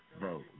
vote